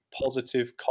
positive